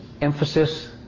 emphasis